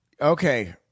Okay